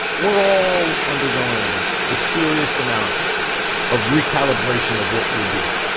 we're all undergoing a serious amount of recalibration of what we do.